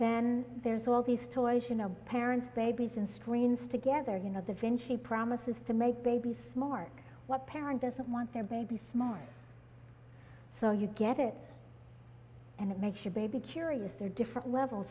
then there's all these toys you know parents babies and screens together you know the vinci promises to make babies smart what parent doesn't want their baby smart so you get it and it makes your baby curious they're different levels